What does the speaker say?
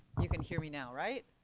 you can hear me now, right?